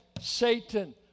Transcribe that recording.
Satan